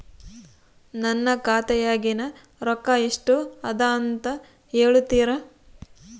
ನನ್ನ ಖಾತೆಯಾಗಿನ ರೊಕ್ಕ ಎಷ್ಟು ಅದಾ ಅಂತಾ ಹೇಳುತ್ತೇರಾ?